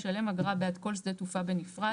ישלם אגרה בעד כל שדה תעופה בנפרד,